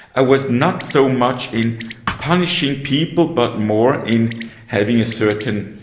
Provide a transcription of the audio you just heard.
i was not so much in punishing people but more in having a certain